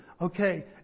okay